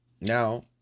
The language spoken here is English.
Now